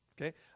Okay